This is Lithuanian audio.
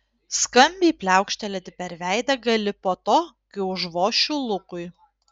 skambiai pliaukštelėti per veidą gali po to kai užvošiu lukui